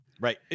Right